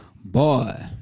Boy